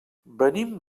venim